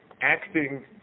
acting